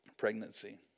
pregnancy